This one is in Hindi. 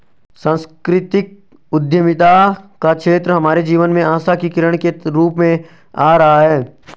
सांस्कृतिक उद्यमिता का क्षेत्र हमारे जीवन में आशा की किरण के रूप में आ रहा है